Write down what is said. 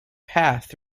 path